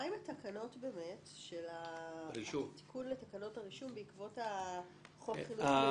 מה עם התקנות של התיקון לתקנות הרישום בעקבות חוק חינוך מיוחד?